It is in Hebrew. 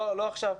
לא עכשיו,